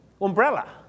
umbrella